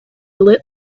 lit